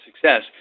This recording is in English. success